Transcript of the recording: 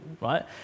right